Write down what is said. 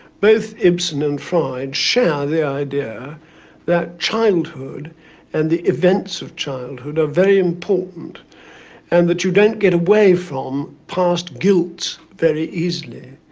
both ibsen and freud share the idea that childhood and the events of childhood are very important and that you don't get away from past guilt very easily.